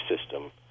system